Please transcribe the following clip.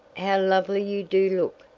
how lovely you do look,